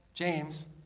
James